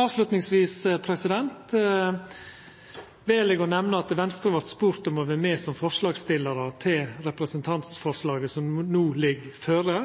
Avslutningsvis vel eg å nemna at Venstre vart spurt om å vera med som forslagsstillarar til representantforslaget som no ligg føre.